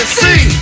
see